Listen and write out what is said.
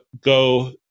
Go